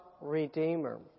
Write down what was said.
Redeemer